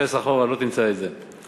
חפש אחורה, לא תמצא את זה.